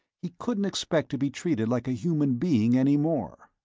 he couldn't expect to be treated like a human being any more.